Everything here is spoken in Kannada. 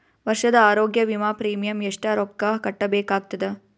ವರ್ಷದ ಆರೋಗ್ಯ ವಿಮಾ ಪ್ರೀಮಿಯಂ ಎಷ್ಟ ರೊಕ್ಕ ಕಟ್ಟಬೇಕಾಗತದ?